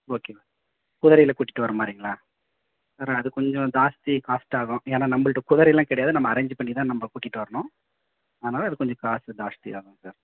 okay குதிரையில் கூட்டிகிட்டு வர மாதிரிங்களா சார் அது கொஞ்சம் ஜாஸ்தி காஸ்ட் ஆகும் ஏன்னா நம்பள்ட்ட குதிரை எல்லாம் கிடையாது நம்ம அரேஞ்சு பண்ணி தான் நம்ம கூட்டிகிட்டு வரணும் அதனால் அது கொஞ்சம் காசு ஜாஸ்தியாகும் சார்